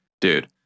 Dude